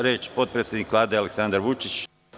Reč ima potpredsednik Vlade, Aleksandar Vučić.